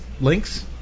Links